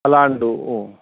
पलाण्डु ओ